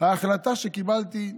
"ההחלטה שקיבלתי"